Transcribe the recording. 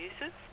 users